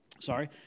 sorry